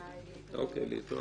טוב, להתראות.